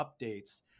updates